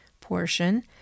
portion